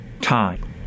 time